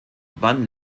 wann